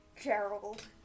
Gerald